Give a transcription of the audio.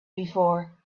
before